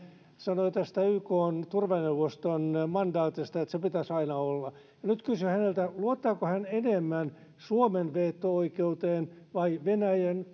sanoi tästä ykn turvaneuvoston mandaatista että se pitäisi aina olla nyt kysyn häneltä luottaako hän enemmän suomen veto oikeuteen vai venäjän